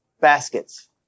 baskets